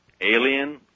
alien